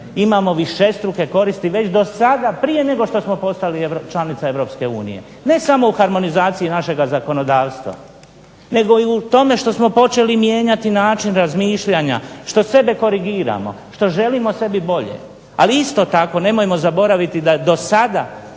imamo višestruke koristi već do sada prije nego što smo postali članica Europske unije, ne samo u harmonizaciji našega zakonodavstva nego i u tome što smo počeli mijenjati način razmišljanja, što sebe korigiramo, što želimo sebi bolje. Ali isto tako nemojmo zaboraviti da do sada